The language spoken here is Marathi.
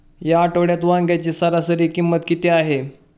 या आठवड्यात वांग्याची सरासरी किंमत किती आहे?